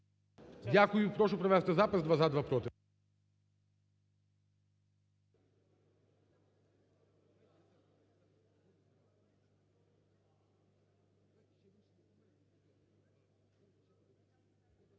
Дякую. Прошу провести запис: